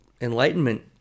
Enlightenment